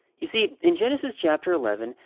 you see, in genesis chapter eleven,